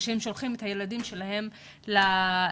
כשהם שולחים את הילדים שלהם למעונות.